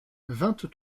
vingt